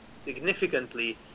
significantly